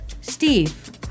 Steve